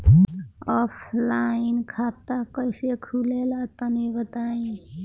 Offline खाता कइसे खुलेला तनि बताईं?